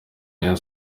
rayon